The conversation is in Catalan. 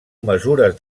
mesures